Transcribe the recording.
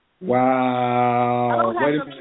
Wow